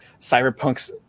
Cyberpunk's